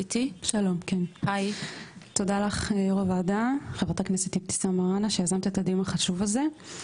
תודה לך יושבת ראש הוועדה על הדיון החשוב הזה.